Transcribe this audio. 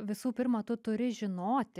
visų pirma tu turi žinoti